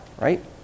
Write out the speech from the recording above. right